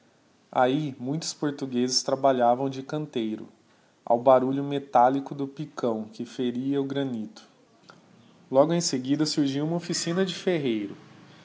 ahi muitos portuguezes trabalhavam de canteiro ao barulho metálico do picão que feria o granito logo em seguida surgia uma oflbcina de ferreiro